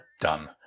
done